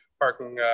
parking